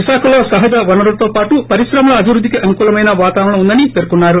విశాఖలో సహజ వనరులతో పాటు పరిశ్రమల అభివృద్దికి అనుకూలమైన వాతావరణం ఉందని పేర్కొన్నారు